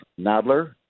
Nadler